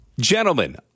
gentlemen